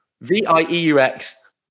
v-i-e-u-x